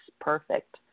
perfect